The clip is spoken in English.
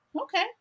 Okay